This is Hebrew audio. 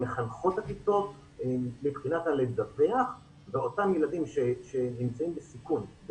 למחנכות הכיתות מבחינת לדווח באותם ילדים שנמצאים בסיכון,